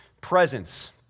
presence